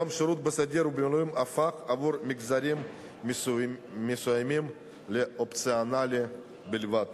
היום השירות בסדיר ובמילואים הפך עבור מגזרים מסוימים לאופציונלי בלבד.